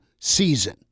season